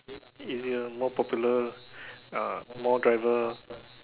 easier more popular uh more driver